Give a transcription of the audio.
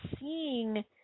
seeing